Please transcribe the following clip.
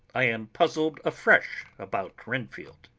i am puzzled afresh about renfield.